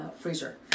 freezer